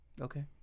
Okay